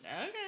Okay